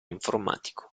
informatico